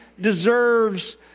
deserves